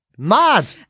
Mad